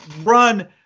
run